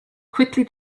quickly